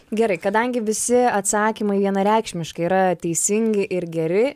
gerai kadangi visi atsakymai vienareikšmiškai yra teisingi ir geri